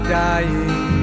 dying